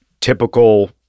typical